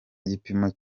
gipimo